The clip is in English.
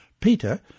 Peter